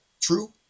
true